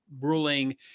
ruling